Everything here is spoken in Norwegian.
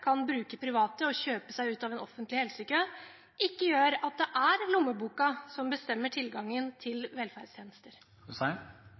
kan bruke private og kjøpe seg ut av en offentlig helsekø, ikke gjør at det er lommeboka som bestemmer tilgangen til